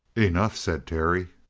enough, said terry.